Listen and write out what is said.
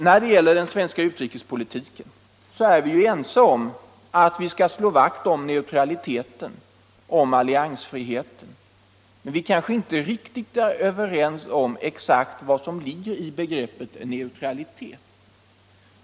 När det gäller den svenska utrikespolitiken är vi ju ense om att vi skall slå vakt om neutraliteten och alliansfriheten, men vi kanske inte riktigt är överens om exakt vad som ligger i begreppet neutralitet.